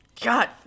God